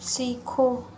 सीखो